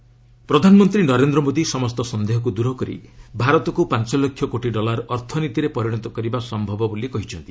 PM Varanasi ପ୍ରଧାନମନ୍ତ୍ରୀ ନରେନ୍ଦ୍ର ମୋଦୀ ସମସ୍ତ ସନ୍ଦେହକୁ ଦୂର କରି ଭାରତକୁ ପାଞ୍ଚ ଲକ୍ଷ କୋଟି ଡଲାର ଅର୍ଥନୀତିରେ ପରିଣତ କରିବା ସମ୍ଭବ ବୋଲି କହିଛନ୍ତି